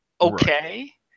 Okay